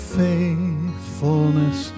faithfulness